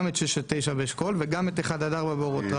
גם את 6-9 באשכול וגם את 1-4 באורות רבין.